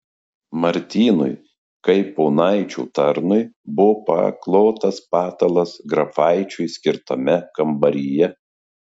martynui kaip ponaičio tarnui buvo paklotas patalas grafaičiui skirtame kambaryje